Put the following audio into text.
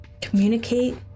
communicate